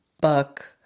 buck